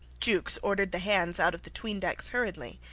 jukes ordered the hands out of the tweendecks hurriedly.